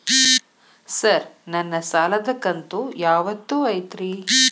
Sir ನನ್ನ ಸಾಲದ ಕಂತು ಯಾವತ್ತೂ ಐತ್ರಿ?